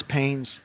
pains